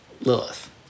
Lilith